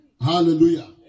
Hallelujah